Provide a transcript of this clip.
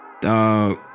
Dog